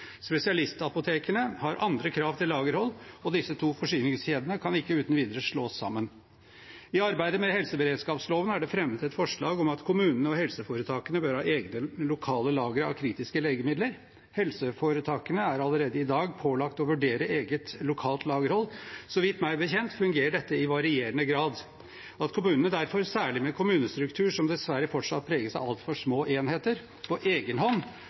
Spesialistapotekene har andre krav til lagerhold, og disse to forsyningskjedene kan ikke uten videre slås sammen. I arbeidet med helseberedskapsloven er det fremmet et forslag om at kommunene og helseforetakene bør ha egne lokale lagre av kritiske legemidler. Helseforetakene er allerede i dag pålagt å vurdere eget lokalt lagerhold. Så vidt jeg vet, fungerer dette i varierende grad. At kommunene derfor, særlig med en kommunestruktur som dessverre fortsatt preges av altfor små enheter, på